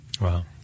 Wow